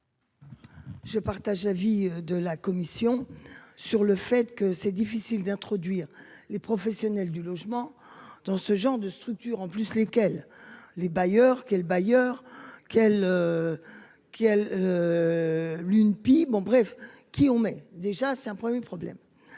Je partage avis de la commission sur le fait que c'est difficile d'introduire les professionnels du logement dans ce genre de structures en plus lesquelles les bailleurs est bailleur. Quelle. Qu'elle. L'UNPI, bon bref qui ont mais déjà c'est un 1er problème.